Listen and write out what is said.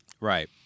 Right